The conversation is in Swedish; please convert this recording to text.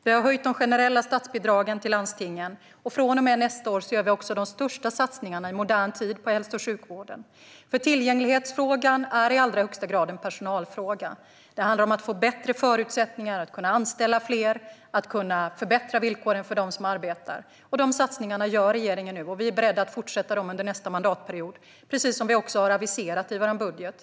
Vi har höjt de generella statsbidragen till landstingen, och från och med nästa år gör vi också de största satsningarna i modern tid på hälso och sjukvården. Tillgänglighetsfrågan är i allra högsta grad en personalfråga. Det handlar om att få bättre förutsättningar att kunna anställa fler och kunna förbättra villkoren för dem som arbetar. Dessa satsningar gör regeringen nu, och vi är beredda att fortsätta med dem under nästa mandatperiod, precis som vi har aviserat i vår budget.